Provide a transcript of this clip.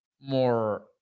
More